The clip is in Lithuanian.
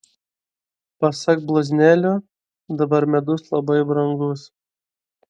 pasak bloznelio dabar medus labai brangus